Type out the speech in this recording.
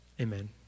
amen